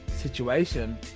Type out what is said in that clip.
situation